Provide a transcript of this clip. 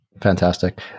Fantastic